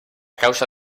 causa